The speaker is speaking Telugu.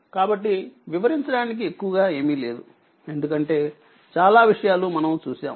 కాబట్టి వివరించడానికి ఎక్కువ గా ఏమీ లేదు ఎందుకంటే చాలా విషయాలు మనము చూశాము